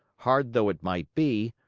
hard though it might be,